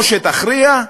או שתכריע,